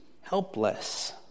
helpless